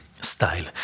style